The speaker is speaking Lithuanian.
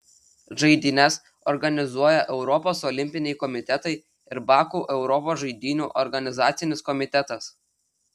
žaidynes organizuoja europos olimpiniai komitetai ir baku europos žaidynių organizacinis komitetas